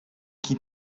qui